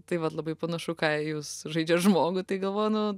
taip vat labai panašu ką jūs žaidžiat žmogų tai galvoju nu